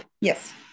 yes